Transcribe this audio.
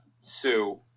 sue